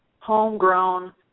homegrown